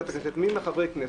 גם מבחינת הכנסת וחברי הכנסת,